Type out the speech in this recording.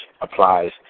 applies